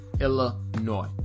Illinois